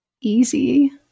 easy